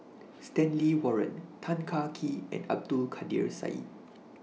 Stanley Warren Tan Kah Kee and Abdul Kadir Syed